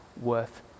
worth